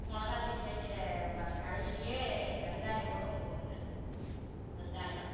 மிளகா செடி வைக்கிற கரையிலேயே வெங்காயம் கூட ஊன்னுவோங்க வெங்காயம்